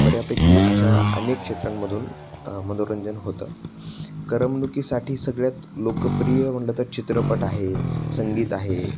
बऱ्यापैकी अशा अनेक क्षेत्रांमधून मनोरंजन होतं करमणुकीसाठी सगळ्यात लोकप्रिय म्हटलं तर चित्रपट आहे संगीत आहे